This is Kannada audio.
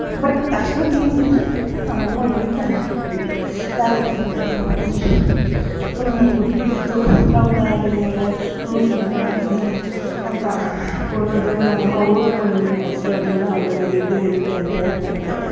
ಬಟ್ ಅಷ್ಟೊಂದು ಏನಿಲ್ಲ ಬಟ್ ನಮ್ಮಮ್ಮ ಬೈತಾರೆ ಅನ್ಬಿಟ್ಟು ಯಾರಾದರೂ ಮನೆಗೆ ಹೋಗಿ ಅವ್ರನ್ನ ಕೊಡ್ಬಿಡೋದು ಅವ್ರನ್ನ ನೋಡಿ ನಾನು ಮಾಡಿದ್ದೀನಿ ಅಂತ ಕೊಡೋದು ನಮ್ಮಮ್ಮ ಓದಿಕೋ ನೀನು ಫಸ್ಟು ಅದನ್ನೆಲ್ಲ ಆಮೇಲೆ ಇದ್ದೇ ಇರುತ್ತೆ ಅಂತ ಹೇಳ್ತಾ ಇದ್ದರು